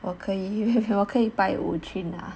我可以我可以拜五去拿